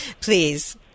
please